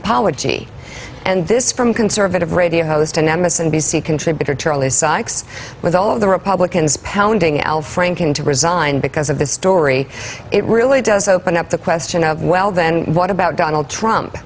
apology and this from conservative radio host don imus and b c contributor charlie sykes with all of the republicans pounding al franken to resign because of this story it really does open up the question of well then what about donald trump